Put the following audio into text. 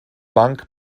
bank